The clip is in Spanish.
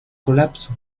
colapso